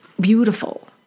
beautiful